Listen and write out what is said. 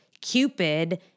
Cupid